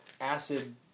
Acid